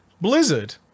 Blizzard